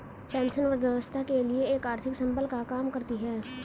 pension वृद्धावस्था के लिए एक आर्थिक संबल का काम करती है